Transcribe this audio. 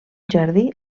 jardí